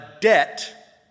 debt